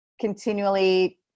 continually